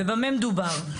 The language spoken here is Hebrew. במה מדובר?